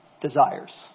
desires